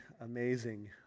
amazing